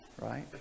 Right